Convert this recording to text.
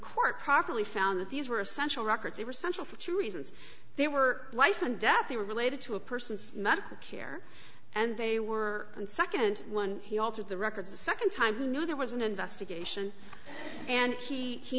court properly found that these were essential records they were central for two reasons they were life and death they were related to a person's medical care and they were and nd one he altered the records a nd time who knew there was an investigation and he he